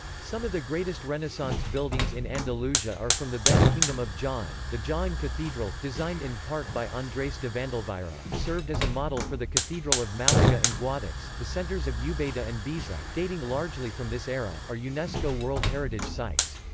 some of the greatest renaissance buildings in andalusia are from the then-kingdom of jaen the jaen cathedral, designed in part by andres de vandelvira, served as a model for the cathedral of malaga and guadix the centers of ubeda and baeza, dating largely from this era, are unesco world heritage sites.